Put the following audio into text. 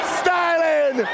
styling